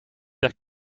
the